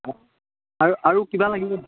অঁ আৰু আৰু কিবা লাগিব নেকি